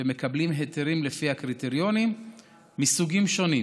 המקבלים היתרים לפי קריטריונים מסוגים שונים: